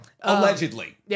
allegedly